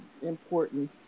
Important